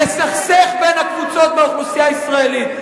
לסכסך בין הקבוצות באוכלוסייה הישראלית.